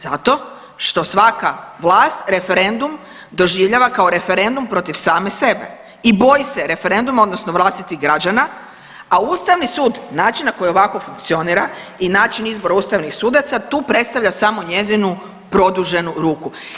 Zato što svaka vlast referendum doživljava kao referendum protiv same sebe i boji se referenduma odnosno vlastitih građana, a Ustavni sud, način na koji ovako funkcionira i način izbora ustavnih sudaca, tu predstavlja samo njezinu produženu ruku.